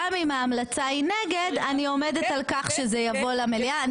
גם אם ההמלצה היא נגד אני עומדת על כך שזה יבוא למליאה.